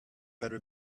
better